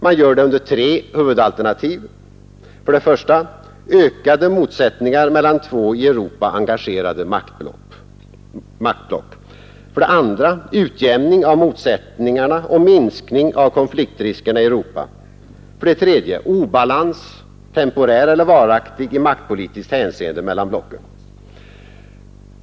Man gör det under tre huvudalternativ: 1. Ökade motsättningar mellan två i Europa engagerade maktblock. 2. Utjämning av motsättningarna och minskning av konfliktriskerna i Europa. 3. Obalans — temporär eller varaktig — i maktpolitiskt hänseende mellan blocken.